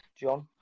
john